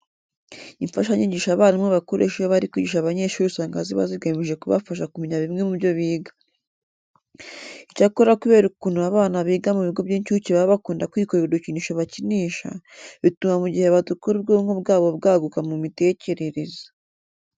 Imfashanyigisho abarimu bakoresha iyo bari kwigisha abanyeshuri usanga ziba zigamije kubafasha kumenya bimwe mu byo biga. Icyakora kubera ukuntu abana biga mu bigo by'incuke baba bakunda kwikorera udukinisho bakinisha, bituma mu gihe badukora ubwonko bwabo bwaguka mu mitekerereze.